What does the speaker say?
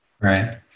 Right